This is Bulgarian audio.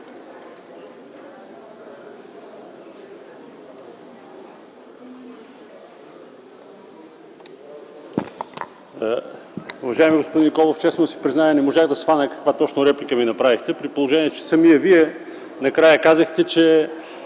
Уважаеми господин Николов, честно да си призная, не можах да схвана каква точно реплика ми направихте, при положение че самият Вие накрая казахте, че